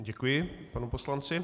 Děkuji panu poslanci.